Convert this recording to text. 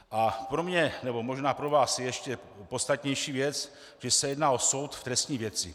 A pro mě, nebo možná pro vás je ještě podstatnější věc, že se jedná o soud v trestní věci.